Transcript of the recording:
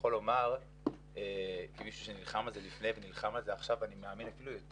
יכול לומר כמישהו שנלחם על זה לפני ונלחם על זה עכשיו אפילו יותר,